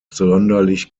sonderlich